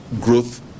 growth